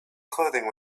clothing